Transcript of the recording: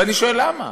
ואני שואל, למה?